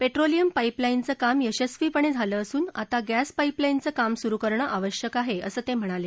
petroleum पाईपलाईनचं काम यशस्वीपणे झालं असून आता गॅस पाईपलाईनचं काम सुरु करणं आवश्यक आहे असं ते म्हणाले